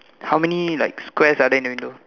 how many like squares are there in your window